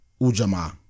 Ujamaa